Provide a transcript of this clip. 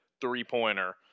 three-pointer